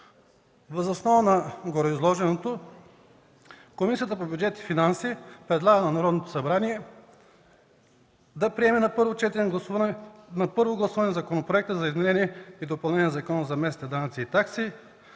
Въз основа на гореизложеното Комисията по бюджет и финанси предлага на Народното събрание да приеме на първо гласуване Законопроекта за изменение и допълнение на Закона за местните данъци и такси,